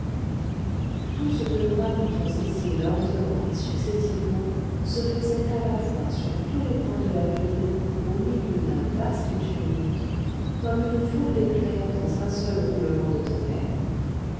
tout ce que nous racontons ici lentement et successivement se faisait à la fois sur tous les points de la ville au milieu d'un vaste tumulte comme une foule d'éclairs dans un seul roulement de tonnerre